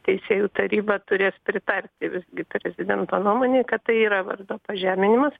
teisėjų taryba turės pritarti visgi prezidento nuomonei kad tai yra vardo pažeminimas